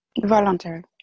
voluntary